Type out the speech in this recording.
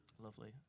Lovely